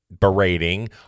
berating